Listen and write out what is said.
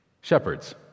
Shepherds